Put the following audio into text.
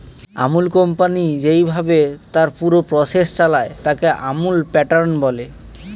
আমূল company যেইভাবে তার পুরো প্রসেস চালায়, তাকে আমূল প্যাটার্ন বলে